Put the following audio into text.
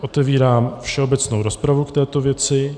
Otevírám všeobecnou rozpravu k této věci.